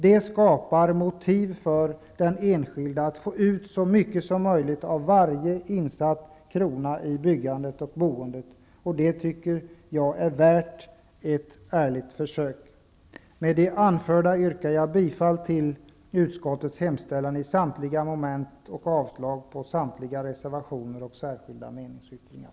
Det skapar motiv för den enskilde att få ut så mycket som möjligt av varje insatt krona i byggandet och boendet. Jag tycker att det är värt ett ärligt försök. Med det anförda yrkar jag bifall till utskottets hemställan i samtliga moment och avslag på samtliga reservationer och särskilda meningsyttringar.